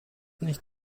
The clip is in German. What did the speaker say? nicht